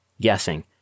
guessing